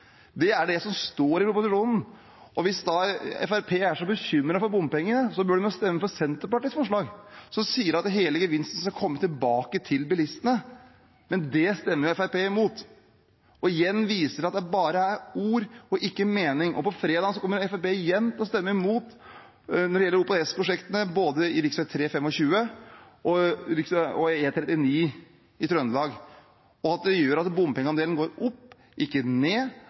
Det er det som står i proposisjonen. Hvis Fremskrittspartiet er så bekymret for bompengene, bør de stemme for Senterpartiets forslag, som sier at hele gevinsten skal komme tilbake til bilistene. Det stemmer Fremskrittspartiet imot. Igjen viser de at det bare er ord og ikke mening. På fredag kommer Fremskrittspartiet igjen til å stemme imot når det gjelder OPS-prosjektene rv. 3/rv. 25 og E39 i Trøndelag. Det gjør at bompengeandelen går opp, ikke ned.